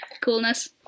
Coolness